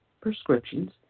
prescriptions